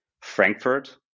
Frankfurt